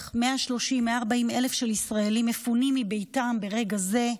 130,000 140,000 ישראלים מפונים מביתם ברגע זה,